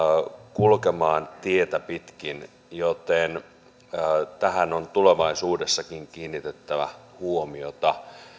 kulkemaan tietä pitkin joten tähän on tulevaisuudessakin kiinnitettävä huomiota